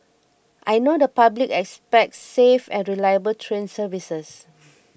I know the public expects safe and reliable train services